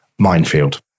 minefield